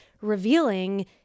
revealing